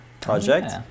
project